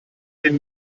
den